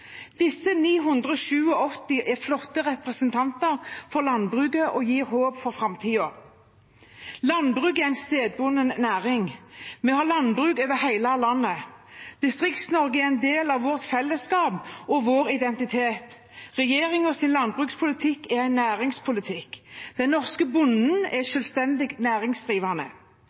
Disse 987 er flotte representanter for landbruket og gir håp for framtiden. Landbruket er en stedbunden næring. Vi har landbruk over hele landet. Distrikts-Norge er en del av vårt fellesskap og vår identitet. Regjeringens landbrukspolitikk er en næringspolitikk. Den norske bonden er selvstendig næringsdrivende.